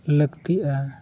ᱞᱟᱹᱠᱛᱤᱜᱼᱟ